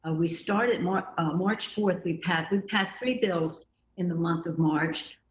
ah we started march march fourth, we passed and passed three bills in the month of march,